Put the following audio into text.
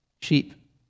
Sheep